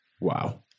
Wow